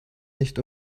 nicht